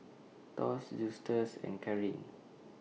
Thos Justus and Caryn